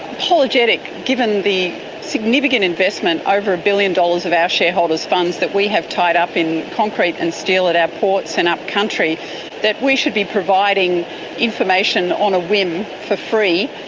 apologetic, given the significant investment over a billion dollars of our shareholders' funds that we have tied up in concrete and steel at our ports and upcountry that we should be providing information on a whim for free.